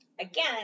Again